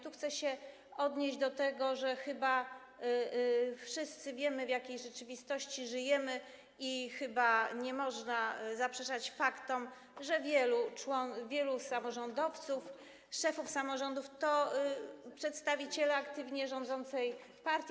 Tu chcę się odnieść do tego, że chyba wszyscy wiemy, w jakiej rzeczywistości żyjemy, i chyba nie można zaprzeczać faktom, że wielu samorządowców, szefów samorządów to przedstawiciele aktywnie rządzącej partii.